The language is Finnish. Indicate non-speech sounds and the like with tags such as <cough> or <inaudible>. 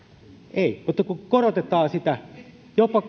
ei mutta kun korotetaan sitä jopa <unintelligible>